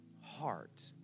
heart